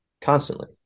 constantly